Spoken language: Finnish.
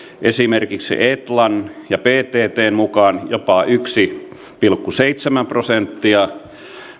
esimerkiksi etlan ja pttn mukaan jopa yksi pilkku seitsemän prosenttia